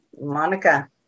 Monica